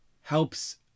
helps